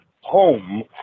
home